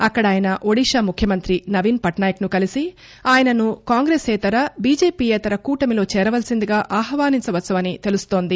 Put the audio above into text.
అక్కడ ఆయన ఒడిశా ముఖ్యమంత్రి నవీస్ పట్పాయక్ ను కలిసిన ఆయనను కాంగ్రేసేతర బిజెపియేతర కూటమి లో చేరవలసిందిగా ఆహ్వానించవచ్చునని తెలుస్తోంది